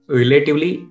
relatively